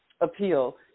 appeal